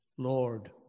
Lord